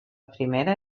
primera